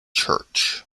church